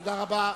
תודה רבה.